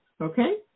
okay